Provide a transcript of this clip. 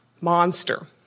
monster